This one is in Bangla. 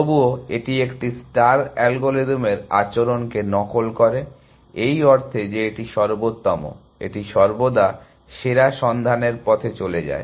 তবুও এটি একটি স্টার অ্যালগরিদমের আচরণকে নকল করে এই অর্থে যে এটি সর্বোত্তম এটি সর্বদা সেরা সন্ধানের পথে চলে যায়